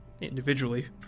individually